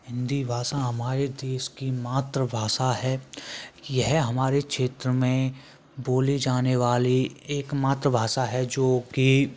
हिंदी भाषा हमारे देश की मातृभाषा है यह हमारे क्षेत्र में बोली जाने वाली एक मात्र भाषा है जो कि